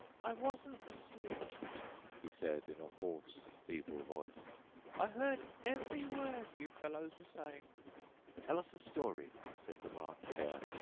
i wasn't asleep he said in a hoarse, feeble voice i heard every word you fellows were saying tell us a story said the march hare.